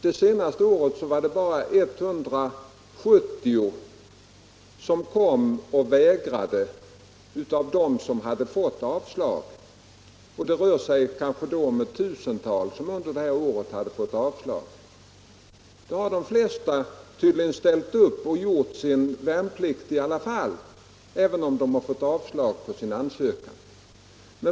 Det senaste året vägrade bara 170 av dem som hade fått avslag — och det rör sig kanske om ett tusental under samma tid. De flesta har tydligen ställt upp och gjort sin värnplikt, även om de fått avslag på sin ansökan.